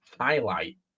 highlight